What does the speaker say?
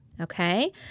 okay